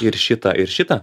ir šitą ir šitą